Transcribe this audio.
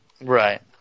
Right